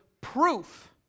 proof